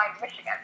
Michigan